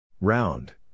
Round